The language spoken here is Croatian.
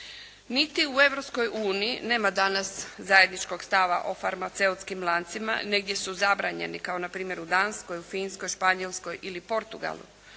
uniji nema danas zajedničkog stava o farmaceutskim lancima, negdje su zabranjeni kao npr. u Danskoj, u Finskoj, Španjolskoj ili Portugalu.